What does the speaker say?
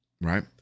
Right